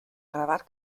grabar